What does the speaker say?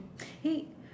hey